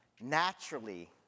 naturally